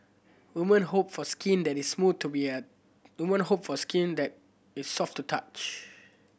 woman hope for skin that is to woman hope for skin that is soft to touch